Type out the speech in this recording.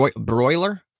broiler